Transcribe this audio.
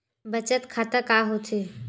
बचत खाता का होथे?